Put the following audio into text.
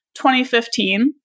2015